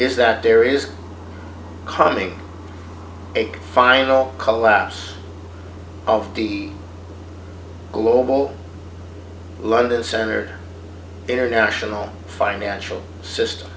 is that there is coming a final collapse of the global london center international financial system